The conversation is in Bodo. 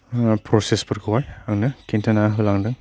प्रसेसफोरखौहाय आंनो खिन्थाना होलांदों